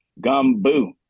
Gumbo